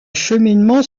cheminement